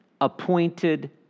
appointed